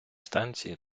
станції